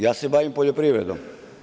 Ja se bavim poljoprivredom.